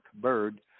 Bird